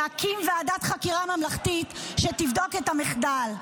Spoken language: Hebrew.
להקים ועדת חקירה ממלכתית שתבדוק את המחדל.